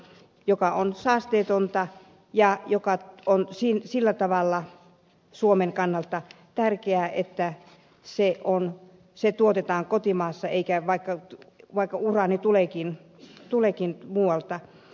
se on saasteetonta ja sillä tavalla suomen kannalta tärkeä että se tuotetaan kotimassa vaikka uraani tuleekin muualta